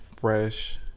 fresh